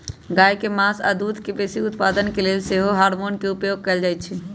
गाय के मास आऽ दूध के बेशी उत्पादन के लेल सेहो हार्मोन के उपयोग कएल जाइ छइ